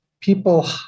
people